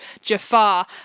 jafar